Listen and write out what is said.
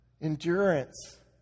endurance